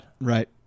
right